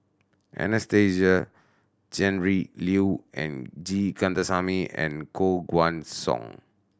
Anastasia Tjendri Liew and G Kandasamy and Koh Guan Song